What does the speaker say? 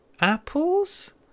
apples